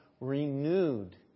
renewed